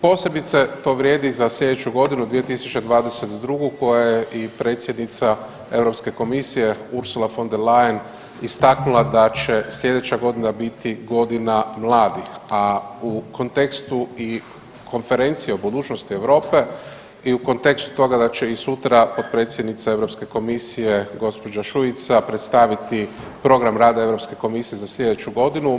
Posebice to vrijedi za slijedeću godinu 2022. koja je Predsjednica Europske komisije Ursula von der Leyen istaknula da će slijedeća godina biti godina mladih, a u kontekstu i konferencije o budućnosti Europe i u kontekstu toga da će i sutra Potpredsjednica Europske komisije gospođa Šuica predstaviti program rada Europske komisije za slijedeću godinu.